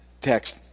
text